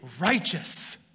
righteous